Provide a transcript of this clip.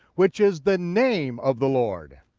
which is the name of the lord.